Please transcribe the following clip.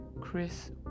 Chris